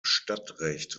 stadtrecht